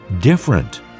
different